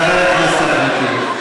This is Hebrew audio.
חבר הכנסת אחמד טיבי,